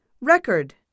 record